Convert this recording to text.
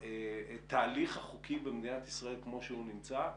והתהליך החוקי במדינת ישראל כמו שהוא נמצא,